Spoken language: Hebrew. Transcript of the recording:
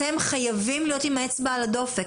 אתם חייבים להיות עם האצבע על הדופק,